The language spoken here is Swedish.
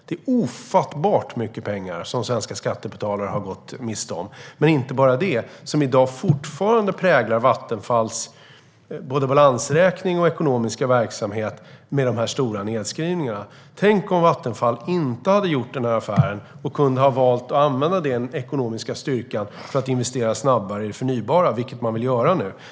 Det är ofattbart mycket pengar som svenska skattebetalare har gått miste om. Men inte bara det. De stora nedskrivningarna präglar fortfarande Vattenfalls balansräkning och ekonomiska verksamhet. Tänk om Vattenfall inte hade gjort den här affären utan kunde ha valt att använda den ekonomiska styrkan till att investera snabbare i det förnybara, vilket man nu vill göra.